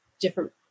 different